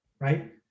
right